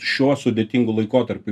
šiuo sudėtingu laikotarpiu